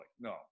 no